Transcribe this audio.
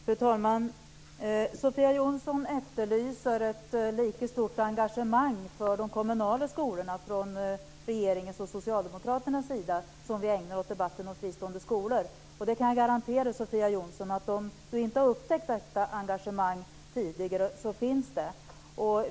Fru talman! Sofia Jonsson efterlyser ett lika stort engagemang för de kommunala skolorna från regeringens och Socialdemokraternas sida som när det gäller debatten om fristående skolor. Jag kan garantera Sofia Jonsson, om hon inte har upptäckt det tidigare, att det engagemanget finns.